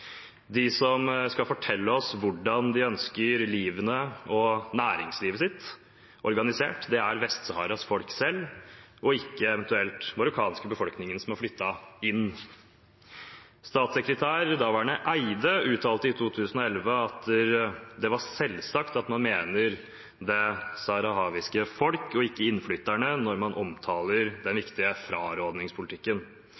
De som skal fortelle oss hvordan de ønsker livet og næringslivet sitt organisert, er Vest-Saharas folk selv, og ikke eventuelt den marokkanske befolkningen som har flyttet inn. Daværende statssekretær Eide uttalte i 2011 at det var selvsagt at man mener det saharawiske folk og ikke innflytterne når man omtaler den